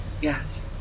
Yes